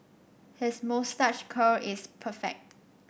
his moustache curl is perfect